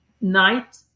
night